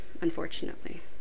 unfortunately